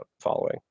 following